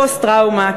פוסט-טראומה,